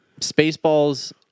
Spaceballs